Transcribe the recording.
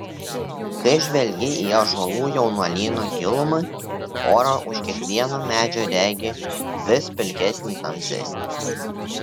kai žvelgi į ąžuolų jaunuolyno gilumą orą už kiekvieno medžio regi vis pilkesnį tamsesnį